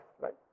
right